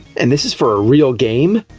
and this is for a real game!